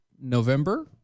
November